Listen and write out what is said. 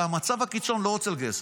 חברת הכנסת ביטון, תודה.